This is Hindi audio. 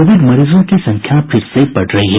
कोविड मरीजों की संख्या फिर से बढ़ रही है